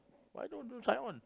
why don't do sign on